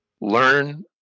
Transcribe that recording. Learn